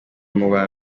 muba